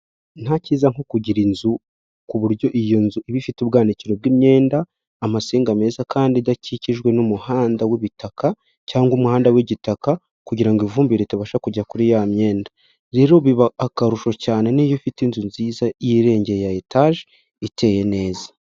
Nta cyiza nko kugira inzu, ku buryo iyo nzu iba ifite ubwanikiro bw'imyenda, amasinga meza kandi idakikijwe n'umuhanda w'ibitaka, cyangwa umuhanda w'igitaka, kugira ngo ivumbi ritabasha kujya kuri ya myenda. Rero biba akarusho cyane, n'iyo ufite inzu nziza yirengeye ya etaje iteye neza.